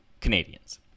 Canadians